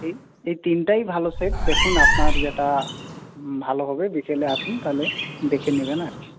এই এই তিনটাই ভালো সেট দেখুন আপনার যেটা ভালো হবে বিকালে আসুন তাহলে দেখে নিবেন আর কি